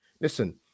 Listen